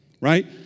right